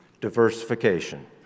Diversification